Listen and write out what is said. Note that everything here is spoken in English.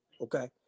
okay